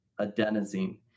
adenosine